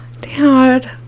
dad